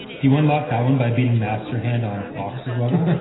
do you unlock that one by beating master hand on fox's level